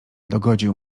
dogodził